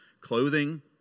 clothing